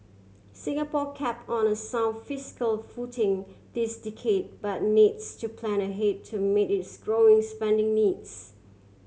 Singapore kept on a sound fiscal footing this decade but needs to plan ahead to meet its growing spending needs